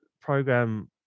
program